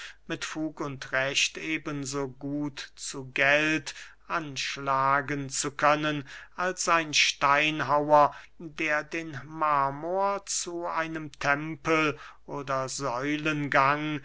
mit fug und recht eben so gut zu geld anschlagen zu können als ein steinhauer der den marmor zu einem tempel oder